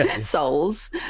souls